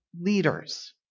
leaders